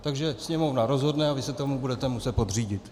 Takže Sněmovna rozhodne a vy se tomu budete muset podřídit.